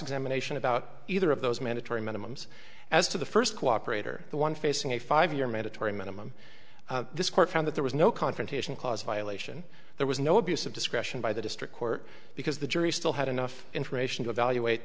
examination about either of those mandatory minimums as to the first cooperate or the one facing a five year mandatory minimum this court found that there was no confrontation clause violation there was no abuse of discretion by the district court because the jury still had enough information to evaluate